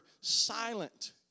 silent